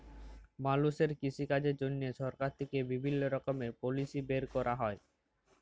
মালুষের কৃষিকাজের জন্হে সরকার থেক্যে বিভিল্য রকমের পলিসি বের ক্যরা হ্যয়